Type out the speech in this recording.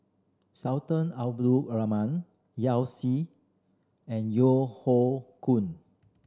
Sultan Abdul Rahman Yao Zi and Yeo Hoe Koon